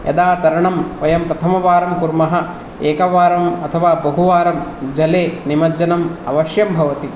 यदा तरणं वयं प्रथमवारं कुर्मः एकवारम् अथवा बहुवारं जले निमज्जनम् अवश्यं भवति